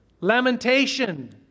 lamentation